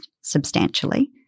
substantially